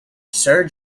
sir